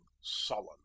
sullen